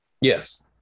Yes